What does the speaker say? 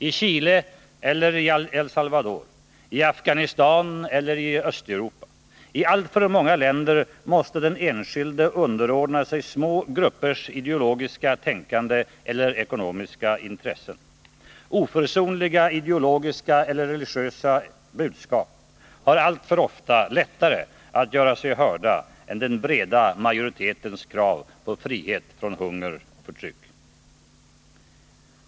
I Chile eller i El Salvador, i Afghanistan eller i Östeuropa — i alltför många länder måste den enskilde underordna sig små gruppers ideologiska tänkande eller ekonomiska intressen. Oförsonliga ideologiska eller religiösa budskap har alltför ofta lättare att göra sig hörda än den breda majoritetens krav på frihet från hunger och förtryck.